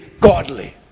godly